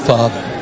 Father